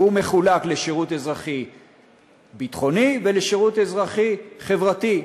והוא מחולק לשירות אזרחי ביטחוני ולשירות אזרחי חברתי.